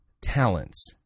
talents